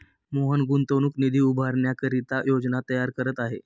मोहन गुंतवणूक निधी उभारण्याकरिता योजना तयार करत आहे